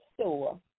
store